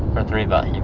for three bucks,